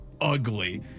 Ugly